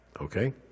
okay